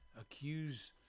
accuse